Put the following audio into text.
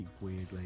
Weirdly